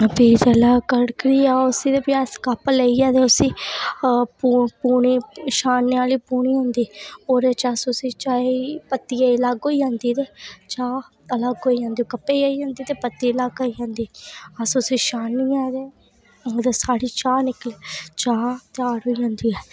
प्ही जेल्लै गड़कदी ऐ ओह् प्ही अस कप लेइयै ते उसी पुनी पुनी मारने आह्ली पूनी होंदी ओह्दे च अस उसी चाही पत्ती अलग होई जंदी चा अलग होई जंदी पत्ती अलग आई जंदी अस उसी छानियै साढ़ी चा निकली जंदी